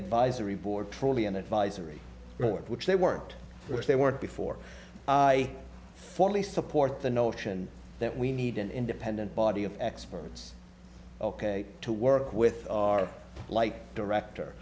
advisory board truly an advisory board which they weren't they weren't before i fully support the notion that we need an independent body of experts to work with our like